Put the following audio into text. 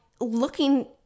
looking